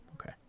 Okay